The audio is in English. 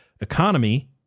economy